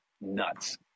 nuts